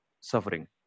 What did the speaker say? suffering